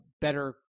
better